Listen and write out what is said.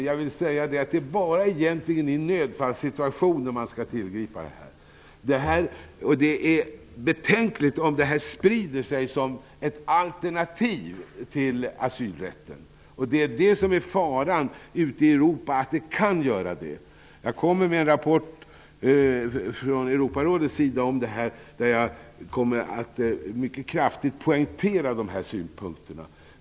Jag vill dock säga att det egentligen bara är i en nödfallssituation som det här skall tillgripas. Det är betänkligt om detta sprider sig som ett alternativ till asylrätten. Faran ute i Europa är att det kan bli så. Jag kommer senare med en rapport från Europarådets sida där jag mycket kraftigt poängterar de här synpunkterna.